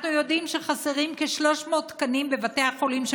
אנחנו יודעים שחסרים כ-300 תקנים של רופאים בבתי החולים.